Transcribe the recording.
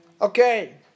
Okay